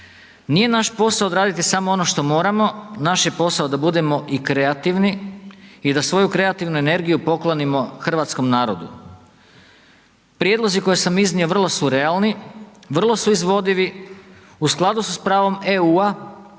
Nije naš posao odraditi samo ono što moramo, naš je posao da budemo i kreativni i da svoju kreativnu energiju poklonimo hrvatskom narodu. Prijedlozi koje sam iznio vrlo su realni, vrlo su izvodivi, u skladu su s pravom EU,